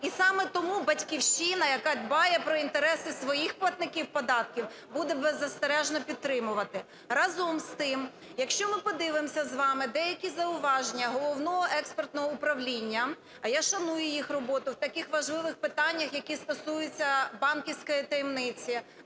І саме тому "Батьківщина", яка дбає про інтереси своїх платників податків, буде беззастережно підтримувати. Разом з тим, якщо ми подивимося з вами деякі зауваження Головного експертного управління, а я шаную їх роботу в таких важливих питаннях, які стосуються банківської таємниці,